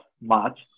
March